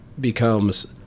becomes